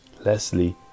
Leslie